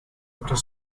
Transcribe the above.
moeten